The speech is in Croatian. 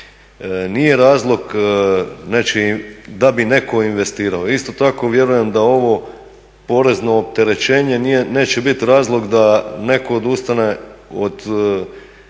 nije razlog da bi netko investirao. Isto tako vjerujem da ovo porezno opterećenje neće bit razlog da netko odustane od